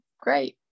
great